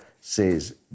says